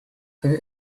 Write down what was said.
have